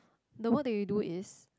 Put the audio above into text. the work that you do is